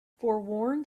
forewarned